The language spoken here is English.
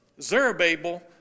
Zerubbabel